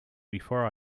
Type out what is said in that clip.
before